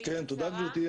תודה גברתי.